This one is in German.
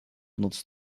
nutzt